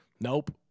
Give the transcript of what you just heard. nope